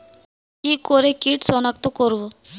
কি করে কিট শনাক্ত করব?